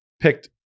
picked